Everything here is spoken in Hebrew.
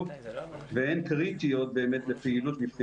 ומבחינתנו הן באמת קריטיות לפעילות.